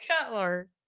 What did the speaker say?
Cutler